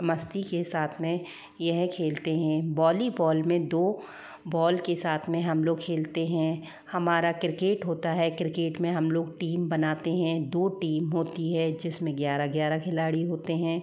मस्ती के साथ में यह खेलते हैं वॉलीबॉल में दो बॉल के साथ में हम लोग खेलते हैं हमारा क्रिकेट होता हैं क्रिकेट में हम लोग टीम बनाते हैं दो टीम होती हैं जिसमें ग्यारह ग्यारह खिलाड़ी होते हैं